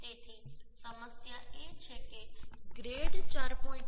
તેથી સમસ્યા એ છે કે ગ્રેડ 4